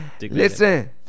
Listen